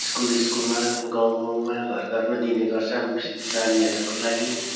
school स्कुलमा गाउँ गाउँमा घर घरमा दिने गर्छन् विशेष नानीहरूको लागि